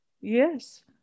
Yes